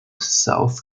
south